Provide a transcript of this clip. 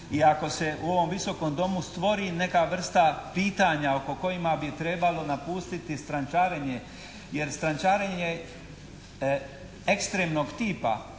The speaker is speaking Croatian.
i ako se u ovom Visokom domu stvori neka vrsta pitanja oko kojima bi trebalo napustiti strančarenje jer strančarenje ekstremnog tipa